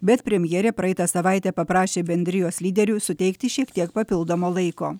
bet premjerė praeitą savaitę paprašė bendrijos lyderių suteikti šiek tiek papildomo laiko